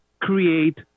create